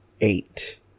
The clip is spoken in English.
eight